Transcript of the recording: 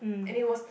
and it was